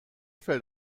fällt